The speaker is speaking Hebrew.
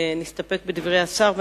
נסתפק בדברי השר.